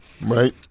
Right